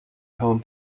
home